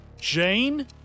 Jane